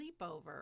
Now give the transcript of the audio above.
sleepover